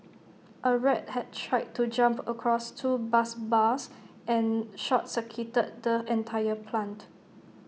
A rat had tried to jump across two bus bars and short circuited the entire plant